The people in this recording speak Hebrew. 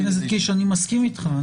חבר הכנסת קיש, אני מסכים אתך.